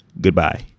goodbye